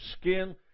skin